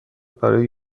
برای